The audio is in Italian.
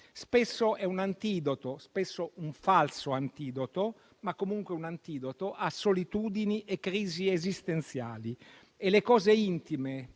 Spesso è un antidoto - spesso un falso antidoto, ma comunque un antidoto - a solitudini e crisi esistenziali. E le cose intime,